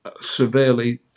severely